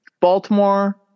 Baltimore